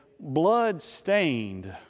blood-stained